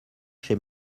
chez